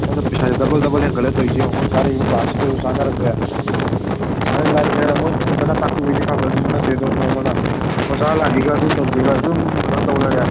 ꯃꯣꯏꯅ ꯄꯩꯁꯥꯁꯦ double double ꯍꯦꯟꯒꯠꯂꯦ ꯇꯧꯔꯤꯁꯦ ꯌꯦꯡꯉꯣ ꯑꯩꯈꯣꯏ ꯀꯥꯔꯛꯏꯕ ꯀ꯭ꯂꯥꯁꯁꯤꯒꯁꯨ ꯆꯥꯅꯔꯛꯇ꯭ꯔꯦ ꯑꯗꯒꯤ ꯂꯥꯏꯔꯤꯛ ꯍꯥꯏꯔ ꯃꯣꯏꯅ ꯐꯖꯅ ꯇꯥꯛꯄꯤꯕ ꯑꯣꯏꯗꯤ ꯐꯕ ꯑꯗꯨꯁꯨ ꯅꯠꯇꯦꯗꯣ ꯅꯣꯡꯃꯅ ꯑꯣꯖꯥ ꯂꯥꯛꯏꯒ ꯑꯗꯨ ꯇꯧꯗꯦꯒ ꯑꯗꯨꯝ ꯀꯩꯅꯣ ꯇꯧꯂꯩꯔꯦ